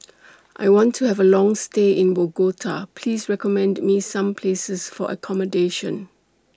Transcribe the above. I want to Have A Long stay in Bogota Please recommend Me Some Places For accommodation